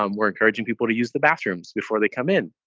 um we're encouraging people to use the bathrooms before they come in.